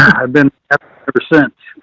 i've been ever since,